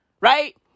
right